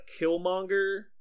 Killmonger